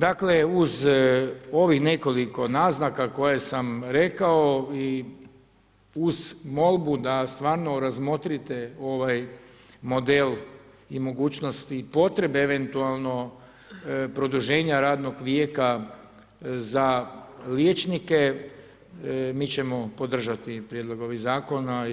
Dakle, uz ovih nekoliko naznaka koje sam rekao i uz molbu da stvarno razmotrite ovaj model i mogućnosti i potrebe eventualno produženja radnog vijeka za liječnike, mi ćemo podržati prijedlog ovih zakona